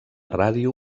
ràdio